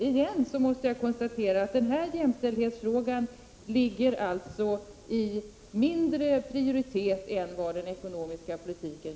Jag måste återigen konstatera att denna jämställdhetsfråga tyvärr har lägre prioritet än den ekonomiska politiken.